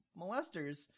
molesters